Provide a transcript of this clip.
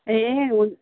ए